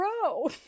grow